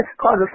cause